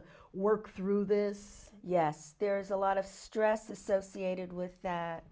to work through this yes there's a lot of stress associated with that